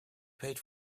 paid